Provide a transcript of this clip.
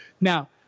Now